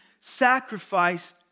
sacrifice